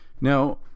Now